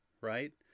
right